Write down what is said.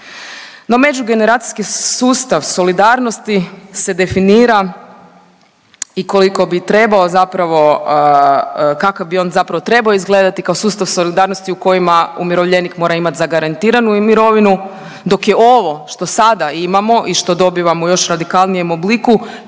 No, međugeneracijski sustav solidarnosti se definira i koliko bi trebao zapravo, kakav bi on zapravo trebao izgledati kao sustav solidarnosti u kojima umirovljenik mora imati zagarantiranu mirovinu dok je ovo što sada imamo i što dobivamo u još radikalnijem obliku